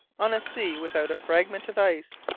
on a sea without a fragment of ice,